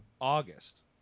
August